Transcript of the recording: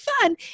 fun